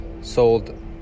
sold